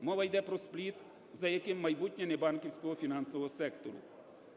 Мова йде про "спліт", за яким майбутнє небанківського фінансового сектору.